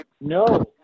No